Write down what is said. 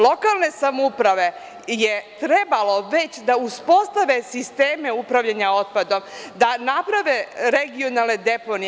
Lokalne samouprave je trebalo već da uspostave sisteme upravljanja otpadom, da naprave regionalne deponije.